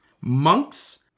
Monks